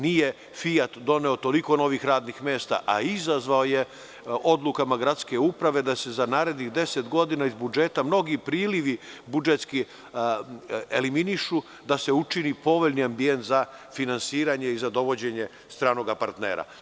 Nije „Fijat“ doneo toliko novih radnih mesta, a izazvao je odlukama gradske uprave da se za narednih 10 godina iz budžeta mnogi budžetski prilivi eliminišu, da se učini povoljnim ambijent za finansiranje i za dovođenje stranoga partnera.